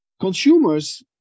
consumers